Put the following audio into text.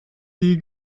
die